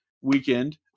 weekend